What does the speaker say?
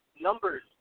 numbers